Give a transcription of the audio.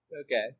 Okay